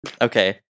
okay